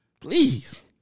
Please